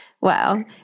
Wow